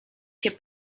się